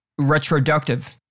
retroductive